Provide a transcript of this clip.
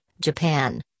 Japan